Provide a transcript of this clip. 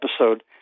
episode